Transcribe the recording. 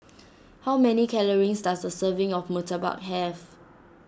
how many calories does a serving of Murtabak have